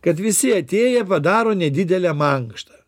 kad visi atėję padaro nedidelę mankštą